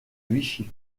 vichy